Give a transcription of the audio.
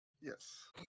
Yes